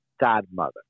godmother